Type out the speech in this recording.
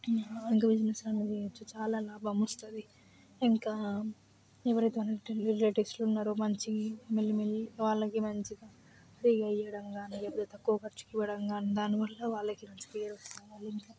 ఇంకా ఇంక business run చేయచ్చు చాలా లాభం వస్తుంది ఇంకా ఎవరైతే మన రిలేటివ్స్ ఉన్నారో మంచి మెల్లమెల్లగా వాళ్ళకి మంచిగా ఫ్రీగా ఇయ్యడంకా నీ లేకపోతే తక్కువ ఖర్చుకి ఇవ్వడంకానీ దానివల్ల వాళ్ళకి మంచి ఫీల్ వస్తుంది ఇంకా వాళ్ళు ప్రమోట్ చేస్తారు